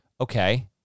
okay